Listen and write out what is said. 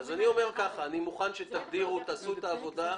אני מוכן שתעשו את העבודה.